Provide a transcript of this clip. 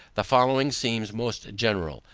the following seems most general,